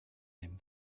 him